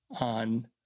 on